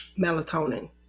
melatonin